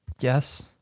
Yes